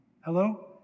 Hello